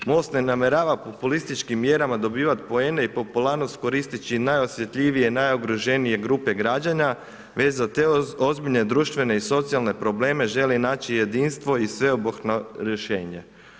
MOST ne namjerava populističkim mjerama dobivat poene i popularnost koristeći najosjetljivije, najugroženije grupe građane veća za te ozbiljne društvene i socijalne probleme želi naći jedinstvo i sveobuhvatno rješenje.